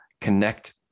connect